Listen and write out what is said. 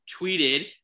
tweeted